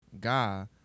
guy